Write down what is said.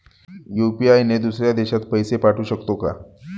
UPI ने दुसऱ्या देशात पैसे पाठवू शकतो का?